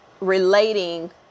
relating